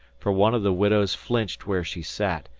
for one of the widows flinched where she sat,